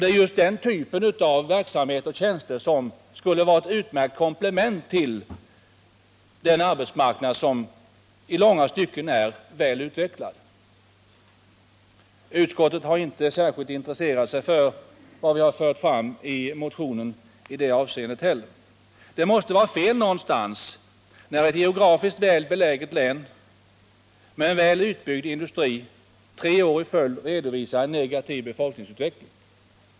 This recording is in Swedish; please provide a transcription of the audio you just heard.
Det är just den typen av tjänster som skulle vara ett utmärkt komplement på vår arbetsmarknad, som i långa stycken är väl utvecklad. Utskottet har inte särskilt intresserat sig för vad vi fört fram i motionen i det avseendet heller. Det måste vara fel någonstans när ett geografiskt väl beläget län med en väl utbyggd industri tre år i följd redovisar en negativ befolkningsutveckling.